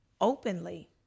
openly